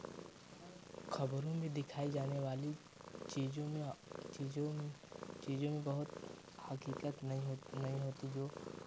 खबरों में दिखाई जाने वाली चीज़ों में चीज़ों चीज़ों में बहुत हकीकत नहीं होती नहीं होती जो